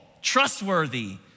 trustworthy